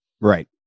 right